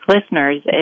listeners